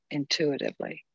intuitively